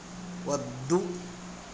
వద్దు